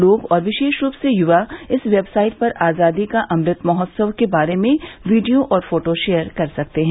लोग और विशेष रूप से युवा इस वेबसाइट पर आजादी का अमृत महोत्सव के बारे में वीडियो और फोटो शेयर कर सकते हैं